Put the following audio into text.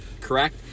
correct